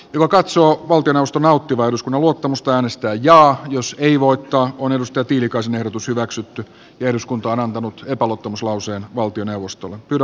joka katsoo valtioneuvoston nauttivan eduskunnan luottamusta äänestää jaa jos ei voittaa on kimmo tiilikaisen ehdotus hyväksytty ja eduskunta on antanut epäluottamuslauseen valtioneuvostolle kyllä